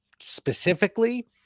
specifically